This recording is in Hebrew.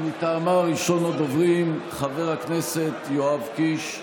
ומטעמה ראשון הדוברים הוא חבר הכנסת יואב קיש.